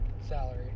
salary